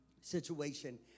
situation